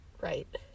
Right